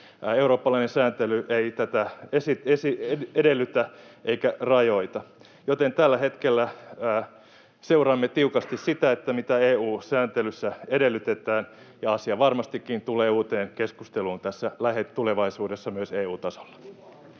Eurooppalainen sääntely ei tätä edellytä eikä rajoita, joten tällä hetkellä seuraamme tiukasti sitä, mitä EU-sääntelyssä edellytetään, ja asia varmastikin tulee uuteen keskusteluun lähitulevaisuudessa myös EU:n tasolla.